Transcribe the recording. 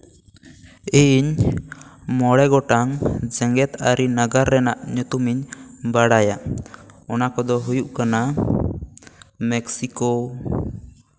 ᱤᱧ ᱢᱚᱬᱮ ᱜᱚᱴᱟᱝ ᱡᱮᱜᱮᱛ ᱟᱹᱨᱤ ᱱᱟᱜᱟᱨ ᱨᱮᱱᱟᱜ ᱧᱩᱛᱩᱢ ᱤᱧ ᱵᱟᱲᱟᱭᱟ ᱚᱱᱟ ᱠᱚᱫᱚ ᱦᱩᱭᱩᱜ ᱠᱟᱱᱟ ᱢᱮᱠᱥᱤᱠᱳ